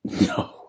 No